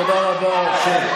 תודה רבה, שב.